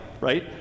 right